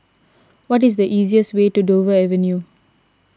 what is the easiest way to Dover Avenue